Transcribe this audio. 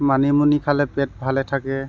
মানিমুনি খালে পেট ভালে থাকে